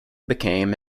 became